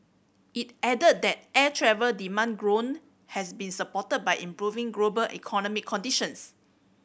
it added that air travel demand growth has been supported by improving global economic conditions